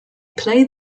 play